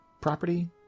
property